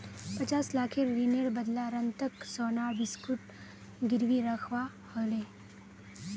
पचास लाखेर ऋनेर बदला रतनक सोनार बिस्कुट गिरवी रखवा ह ले